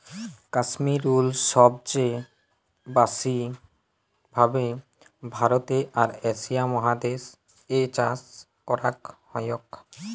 Kashmir wool সবচে ব্যাসি ভাবে ভারতে আর এশিয়া মহাদেশ এ চাষ করাক হয়ক